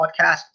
podcast